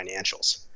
financials